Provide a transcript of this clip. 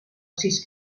sis